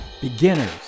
Beginners